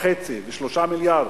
ו-3 מיליארד,